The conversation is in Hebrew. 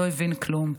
לא הבין כלום.